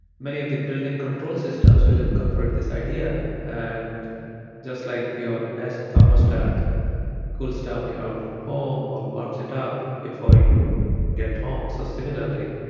many of the building control systems will incorporate this idea, and just like your nest thermostat cools down your home or warms it up before you get home, so, similarly,